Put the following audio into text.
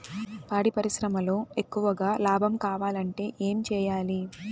పాడి పరిశ్రమలో ఎక్కువగా లాభం కావాలంటే ఏం చేయాలి?